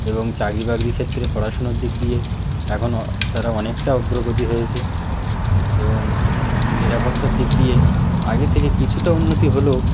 এবং চাকরি বাকরির ক্ষেত্রে পড়াশুনোর দিক দিয়ে এখন তারা অনেকটা অগ্রগতি হয়েছে এবং নিরাপত্তার দিক দিয়ে আগের থেকে কিছুটা উন্নতি হলেও